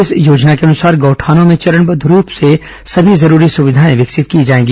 इस योजना के अनुसार गौठानों में चरणबद्ध रूप से समी जरूरी सुविधाए विकसित की जाएगी